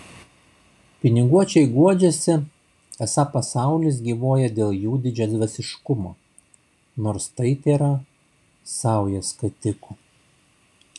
piniguočiai guodžiasi esą pasaulis gyvuoja dėl jų didžiadvasiškumo nors tai tėra sauja skatikų